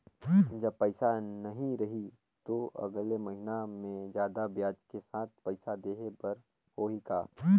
जब पइसा नहीं रही तो अगले महीना मे जादा ब्याज के साथ पइसा देहे बर होहि का?